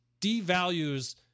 devalues